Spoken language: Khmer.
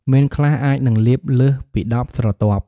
មានខ្លះអាចនឹងលាបលើសពី១០ស្រទាប់។